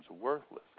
worthless